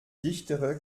dichtere